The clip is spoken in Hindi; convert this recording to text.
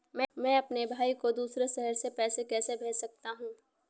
मैं अपने भाई को दूसरे शहर से पैसे कैसे भेज सकता हूँ?